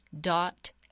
dot